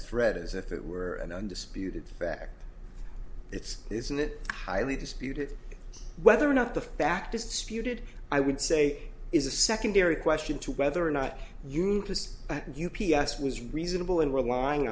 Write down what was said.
threat as if it were an undisputed fact it's isn't it highly disputed whether or not the fact is disputed i would say is a secondary question to whether or not unitless at u p s was reasonable in relying